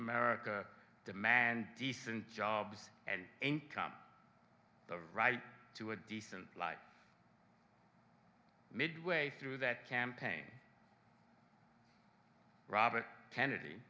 america demand decent jobs and income the right to a decent life midway through that campaign robert kennedy